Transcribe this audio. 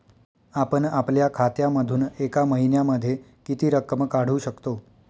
आपण आपल्या खात्यामधून एका महिन्यामधे किती रक्कम काढू शकतो?